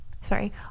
sorry